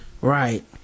Right